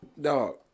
dog